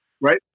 right